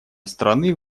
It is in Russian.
страны